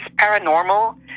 paranormal